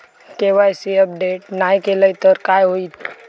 KYC update नाय केलय तर काय होईत?